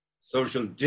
social